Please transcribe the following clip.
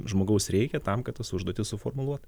žmogaus reikia tam kad tas užduotis suformuluot